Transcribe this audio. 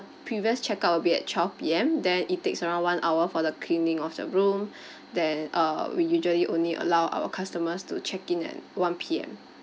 previous check out will be at twelve P_M then it takes around one hour for the cleaning of the room than err we usually only allow our customers to check in at one P_M